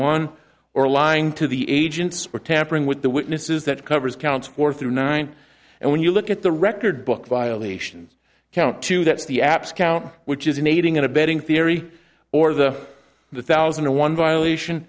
one or lying to the agents or tampering with the witnesses that covers counts for through nine and when you look at the record book violations count two that's the apps count which is an aiding and abetting theory or the the thousand and one violation